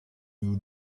you